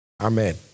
Amen